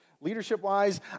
Leadership-wise